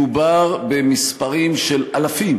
מדובר במספרים של אלפים